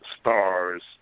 stars